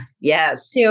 Yes